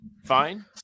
fine